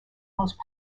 most